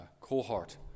cohort